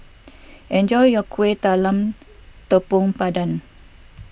enjoy your Kuih Talam Tepong Pandan